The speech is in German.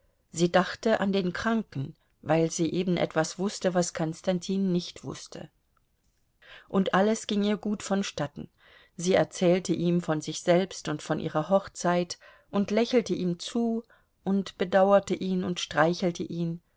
sie dachte an den kranken weil sie eben etwas wußte was konstantin nicht wußte und alles ging ihr gut vonstatten sie erzählte ihm von sich selbst und von ihrer hochzeit und lächelte ihm zu und bedauerte ihn und streichelte ihn